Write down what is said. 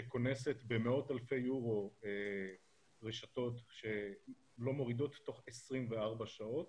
שקונסת במאות אלפי יורו רשתות שלא מורידות תוך 24 שעות